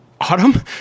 autumn